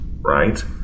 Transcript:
right